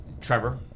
Trevor